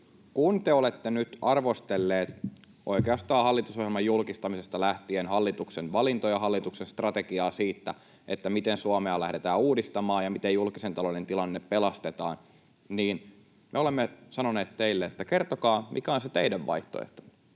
Kun te olette nyt arvostelleet oikeastaan hallitusohjelman julkistamisesta lähtien hallituksen valintoja ja hallituksen strategiaa siitä, miten Suomea lähdetään uudistamaan ja miten julkisen talouden tilanne pelastetaan, niin me olemme sanoneet teille, että kertokaa, mikä on se teidän vaihtoehtonne.